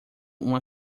uma